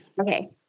Okay